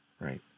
right